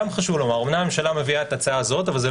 אמנם הממשלה מביאה את ההצעה הזו אבל זה